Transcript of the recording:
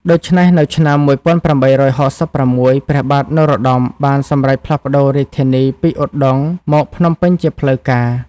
ដូច្នេះ នៅឆ្នាំ ១៨៦៦ ព្រះបាទនរោត្តមបានសម្រេចផ្លាស់ប្តូររាជធានីពីឧដុង្គមកភ្នំពេញជាផ្លូវការ។